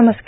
नमस्कार